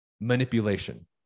manipulation